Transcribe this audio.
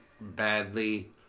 badly